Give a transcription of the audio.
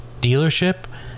dealership